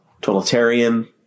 totalitarian